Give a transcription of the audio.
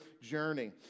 journey